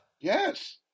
Yes